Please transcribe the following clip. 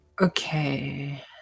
Okay